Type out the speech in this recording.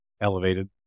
elevated